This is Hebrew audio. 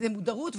זאת מודרות,